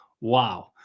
Wow